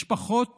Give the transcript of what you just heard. משפחות